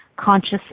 conscious